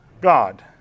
God